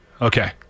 Okay